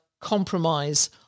compromise